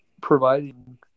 providing